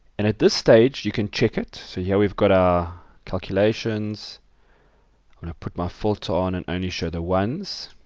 and at this stage you can check it. so here we have got our calculations and i'm going to put my filter on and only show the ones.